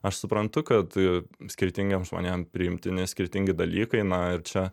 aš suprantu kad skirtingiems žmonėm priimtini skirtingi dalykai na ir čia